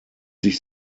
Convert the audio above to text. sich